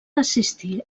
assistir